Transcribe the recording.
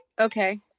Okay